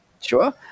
Sure